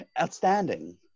Outstanding